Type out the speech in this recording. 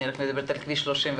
אני מדברת על כביש 31,